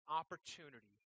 opportunity